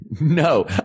No